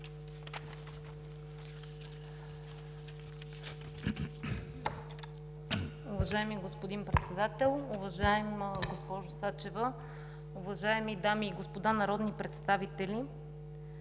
Уважаеми господин Председател, уважаема госпожо Сачева, уважаеми дами и господа народни представители!